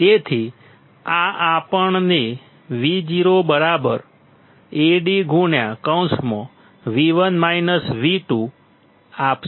તેથી આ આપણને Vo Ad આપશે